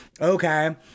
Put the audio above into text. okay